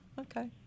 Okay